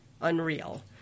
Unreal